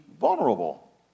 vulnerable